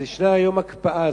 אז ישנה היום הקפאה,